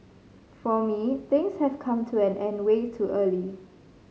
for me things have come to an end way too early